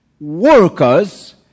workers